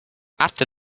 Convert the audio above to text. after